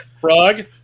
frog